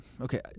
okay